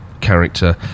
character